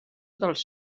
dels